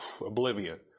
oblivion